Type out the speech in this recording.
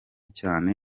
cyane